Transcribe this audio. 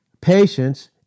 patience